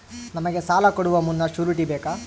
ನಮಗೆ ಸಾಲ ಕೊಡುವ ಮುನ್ನ ಶ್ಯೂರುಟಿ ಬೇಕಾ?